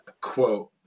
quote